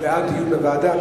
הוא בעד דיון בוועדה,